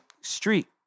street